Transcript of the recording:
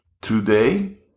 today